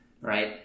Right